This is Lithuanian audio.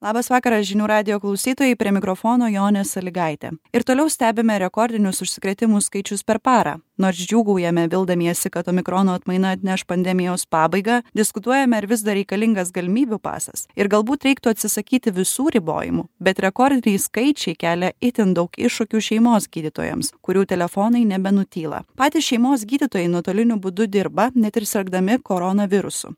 labas vakaras žinių radijo klausytojai prie mikrofono jonė sąlygaitė ir toliau stebime rekordinius užsikrėtimų skaičius per parą nors džiūgaujame vildamiesi kad omikrono atmaina atneš pandemijos pabaigą diskutuojame ar vis dar reikalingas galimybių pasas ir galbūt reiktų atsisakyti visų ribojimų bet rekordiniai skaičiai kelia itin daug iššūkių šeimos gydytojams kurių telefonai nebenutyla patys šeimos gydytojai nuotoliniu būdu dirba net ir sirgdami korona virusu